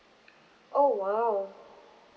oh !wow!